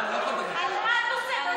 על מה תוספת זמן?